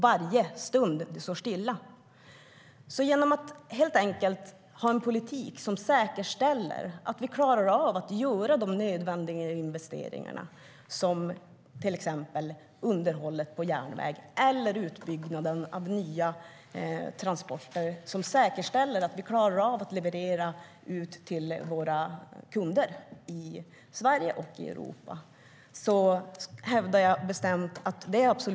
Jag hävdar bestämt att det är absolut nödvändigt att ha en politik som säkerställer att vi klarar av att göra de nödvändiga investeringar i till exempel underhåll av järnväg och utbyggnad av nya transporter som garanterar att vi klarar av att leverera till våra kunder i Sverige och i Europa.